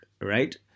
right